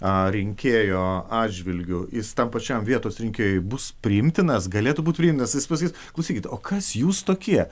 a rinkėjo atžvilgiu jis tam pačiam vietos rinkėjui bus priimtinas galėtų būt priimtinas jis pasakys klausykit o kas jūs tokie